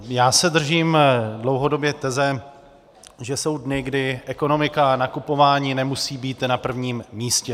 Já se držím dlouhodobě teze, že jsou dny, kdy ekonomika a nakupování nemusí být na prvním místě.